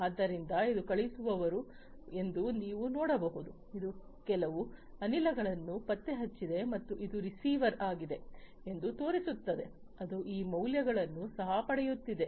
ಆದ್ದರಿಂದ ಇದು ಕಳುಹಿಸುವವರು ಎಂದು ನೀವು ನೋಡಬಹುದು ಇದು ಕೆಲವು ಅನಿಲಗಳನ್ನು ಪತ್ತೆಹಚ್ಚಿದೆ ಮತ್ತು ಇದು ರಿಸೀವರ್ ಆಗಿದೆ ಎಂದು ತೋರಿಸುತ್ತದೆ ಅದು ಆ ಮೌಲ್ಯಗಳನ್ನು ಸಹ ಪಡೆಯುತ್ತಿದೆ